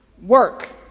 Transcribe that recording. Work